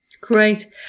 Great